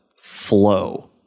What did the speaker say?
flow